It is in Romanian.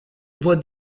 văd